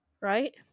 right